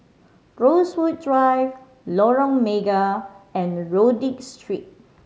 Rosewood Drive Lorong Mega and Rodyk Street